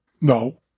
No